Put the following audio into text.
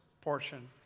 portion